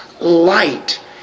Light